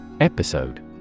Episode